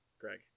Greg